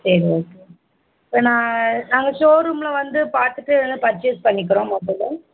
சரி ஓகே இப்போ நான் நாங்கள் ஷோ ரூமில் வந்து பார்த்துட்டு வேணால் பர்சேஸ் பண்ணிக்கிறோம் மொபைலை